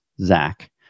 Zach